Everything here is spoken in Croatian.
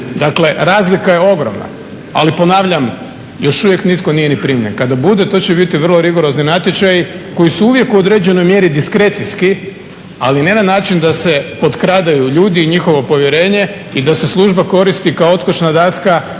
Dakle, razlika je ogromna. Ali ponavljam, još uvijek nitko nije ni primljen. Kada bude to će biti vrlo rigorozni natječaji koji su uvijek u određenoj mjeri diskrecijski, ali ne na način da se potkradaju ljudi i njihovo povjerenje i da se služba koristi kao odskočna daska